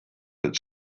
its